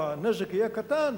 או הנזק יהיה קטן,